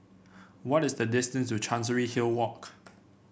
what is the distance to Chancery Hill Walk